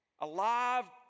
alive